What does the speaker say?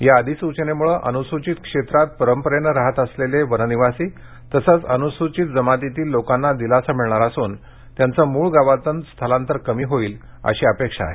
या अधिसूचनेमुळे अनुसूचित क्षेत्रात परंपरेने राहत असलेले वननिवासी तसंच अनुसूचित जमातीतील लोकांना दिलासा मिळणार असून त्यांचं मूळ गावातून स्थलांतर कमी होईल अशी अपेक्षा आहे